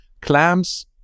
clams